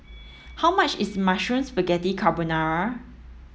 how much is Mushroom Spaghetti Carbonara